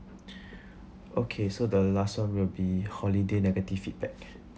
okay so the last one will be holiday negative feedback